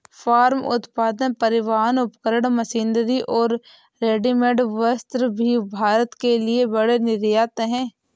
farm उत्पाद, परिवहन उपकरण, मशीनरी और रेडीमेड वस्त्र भी भारत के लिए बड़े निर्यात हैं